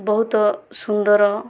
ବହୁତ ସୁନ୍ଦର